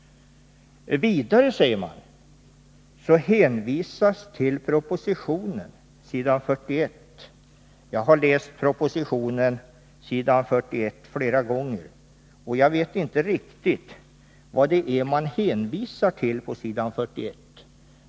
”Vidare kan hänvisas”, säger utskottet, ”till propositionen .” Jag har läst sidan 41 i propositionen flera gånger, och jag vet inte vad det är man hänvisar till på den sidan.